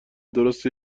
درست